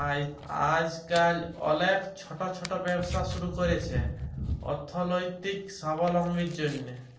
আইজকাল অলেক ছট ছট ব্যবসা ছুরু ক্যরছে অথ্থলৈতিক সাবলম্বীর জ্যনহে